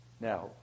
Now